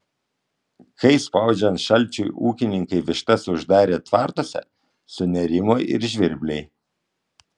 kai spaudžiant šalčiui ūkininkai vištas uždarė tvartuose sunerimo ir žvirbliai